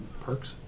Perks